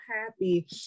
happy